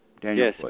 Daniel